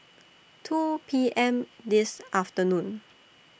two P M This afternoon